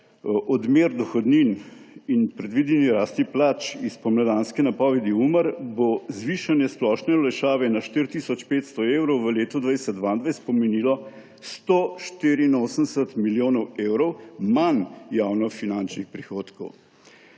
odmer dohodnin in predvideni rasti plač iz spomladanske napovedi Umarja, bo zvišanje splošne olajšave na 4 tisoč 500 evrov v letu 2022 pomenilo 184 milijonov evrov manj javnofinančnih prihodkov.